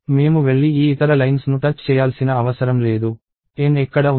మేము వెళ్లి ఈ ఇతర లైన్స్ ను టచ్ చేయాల్సిన అవసరం లేదు N ఎక్కడ ఉంది